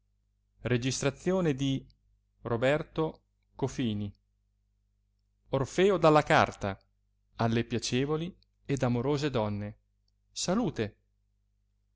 fine della tavola orfeo dalla carta alle piacevoli ed amorose donne salute